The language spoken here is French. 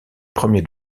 premiers